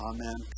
Amen